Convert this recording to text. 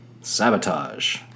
sabotage